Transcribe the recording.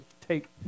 take